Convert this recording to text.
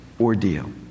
ordeal